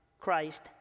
Christ